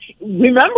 remember